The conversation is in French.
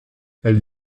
elle